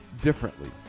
differently